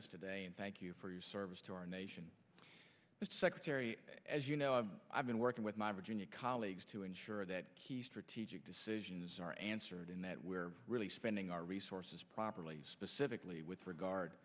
us today and thank you for your service to our nation secretary as you know i've been working with my virginia colleagues to ensure that key strategic decisions are answered in that we're really spending our resources properly specifically with regard